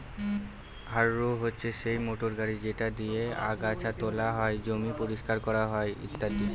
harrow হচ্ছে সেই motor গাড়ি যেটা দিয়ে আগাচ্ছা তোলা হয়, জমি পরিষ্কার করা হয় ইত্যাদি